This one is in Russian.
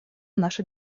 наша